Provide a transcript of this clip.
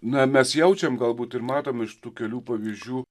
na mes jaučiam galbūt ir matom iš tų kelių pavyzdžių